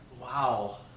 Wow